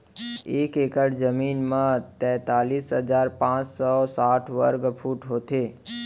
एक एकड़ जमीन मा तैतलीस हजार पाँच सौ साठ वर्ग फुट होथे